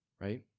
right